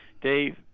Dave